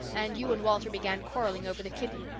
and you and walter began quarrelling over the kitten.